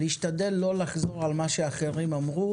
להשתדל לא לחזור על מה שאחרים אמרו